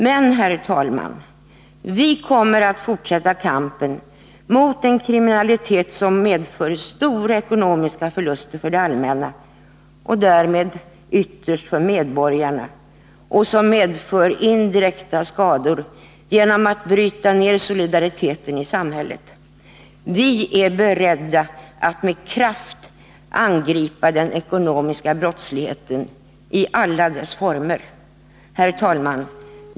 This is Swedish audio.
Men, herr talman, vi kommer att fortsätta kampen mot en kriminalitet som medför stora ekonomiska förluster för det allmänna, och därmed ytterst för medborgarna, och som medför indirekta skador genom att bryta ned solidariteten i samhället. Vi är beredda att med kraft angripa den ekonomiska brottsligheten i alla dess former. Herr talman!